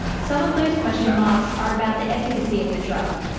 some of those question marks are about the efficacy of the drug.